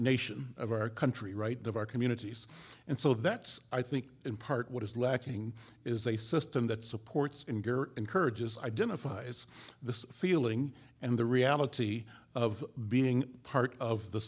nation of our country right of our communities and so that's i think in part what is lacking is a system that supports and encourages identify it's the feeling and the reality of being part of the